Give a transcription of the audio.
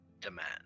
demand